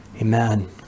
Amen